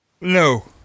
No